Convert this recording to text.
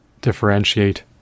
differentiate